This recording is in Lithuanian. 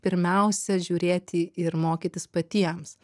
pirmiausia žiūrėti ir mokytis patiems